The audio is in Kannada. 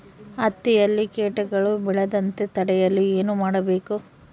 ಹತ್ತಿಯಲ್ಲಿ ಕೇಟಗಳು ಬೇಳದಂತೆ ತಡೆಯಲು ಏನು ಮಾಡಬೇಕು?